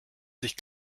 sich